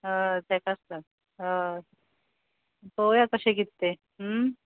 हय तेकाच ला हय पळोवयां कशें कितें तें